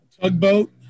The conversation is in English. tugboat